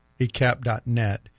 ecap.net